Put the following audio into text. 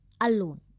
alone